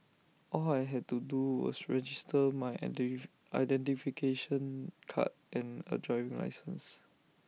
all I had to do was register my identification card and A driving licence